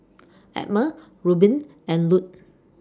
Emma Reuben and Lute